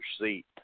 seat